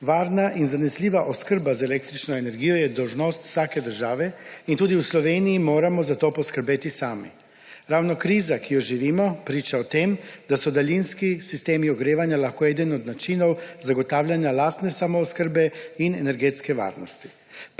Varna in zanesljiva oskrba z električno energijo je dolžnost vsake države in tudi v Sloveniji moramo za to poskrbeti sami. Ravno kriza, ki jo živimo, priča o tem, da so daljinski sistemi ogrevanja lahko eden od načinov zagotavljanja lastne samooskrbe in energetske varnosti.